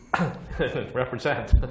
represent